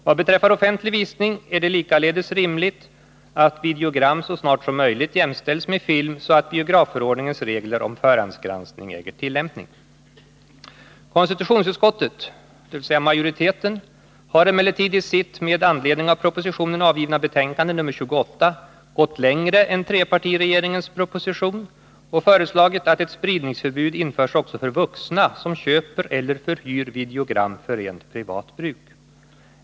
Vad beträffar offentlig visning är det likaledes rimligt att videogram så snart som möjligt jämställs med film så att biografförordningens regler om förhandsgranskning äger tillämpning. Konstitutionsutskottet har emellertid i sitt med anledning av propositionen avgivna betänkande gått längre än trepartiregeringens proposition och föreslagit att ett spridningsförbud införs också för vuxna som köper eller förhyr videogram för rent privat bruk.